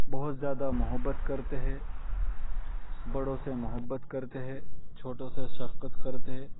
بہت زیادہ محبت کرتے ہے بڑوں سے محبت کرتے ہے چھوٹوں سے شفقت کرتے ہے